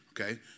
okay